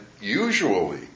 usually